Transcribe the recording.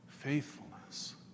Faithfulness